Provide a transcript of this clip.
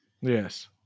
Yes